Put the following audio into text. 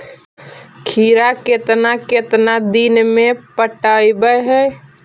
खिरा केतना केतना दिन में पटैबए है?